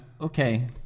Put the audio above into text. Okay